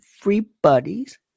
everybody's